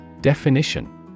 Definition